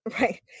right